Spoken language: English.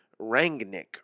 Rangnick